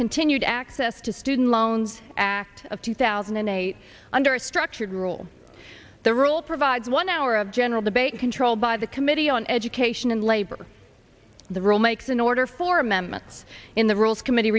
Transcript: continued access to student loans act of two thousand and eight under a structured rule the rule provides one hour of general debate controlled by the committee on education and labor the rule makes an order for amendments in the rules committee